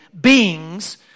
beings